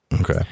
Okay